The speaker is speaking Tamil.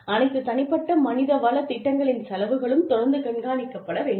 அனைத்து தனிப்பட்ட மனிதவள திட்டங்களின் செலவுகளும் தொடர்ந்து கண்காணிக்கப்பட வேண்டும்